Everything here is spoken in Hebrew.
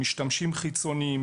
משתמשים חיצוניים,